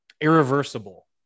irreversible